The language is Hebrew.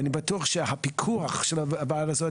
ואני בטוח שהפיקוח של הוועדה הזו,